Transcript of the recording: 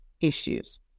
issues